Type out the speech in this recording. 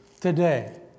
today